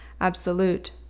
absolute